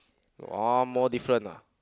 one more different ah